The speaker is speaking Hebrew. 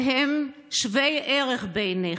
והם שווי ערך בעיניך.